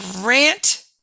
rant